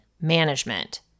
management